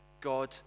God